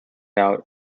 out